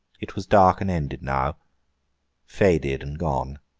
it was dark and ended now faded and gone.